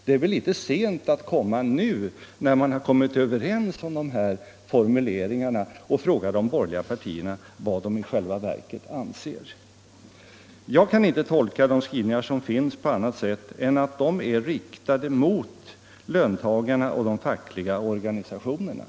Det är väl litet sent att nu, när man har kommit överens om de här formuleringarna, komma och fråga de borgerliga partierna vad de i själva verket menar. Jag kan inte tolka de skrivningar som gjorts på annat sätt än att de är riktade mot löntagarna och de fackliga organisationerna.